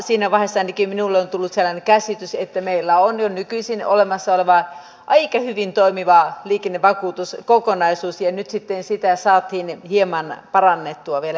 siinä vaiheessa ainakin minulle on tullut sellainen käsitys että meillä on jo nykyisin olemassa aika hyvin toimiva liikennevakuutuskokonaisuus ja nyt sitä saatiin hieman parannettua vielä eteenpäin